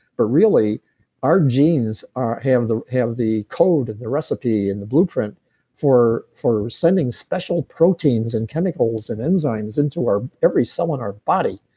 but really our genes have the have the code, and the recipe, and the blueprint for for sending special proteins, and chemicals, and enzymes into our every cell in our body.